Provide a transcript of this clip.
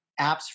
apps